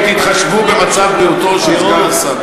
תתחשבו במצב בריאותו של סגן השר.